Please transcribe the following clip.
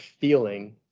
feeling